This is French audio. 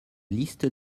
liste